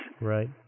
Right